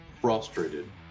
frustrated